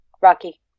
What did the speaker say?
Rocky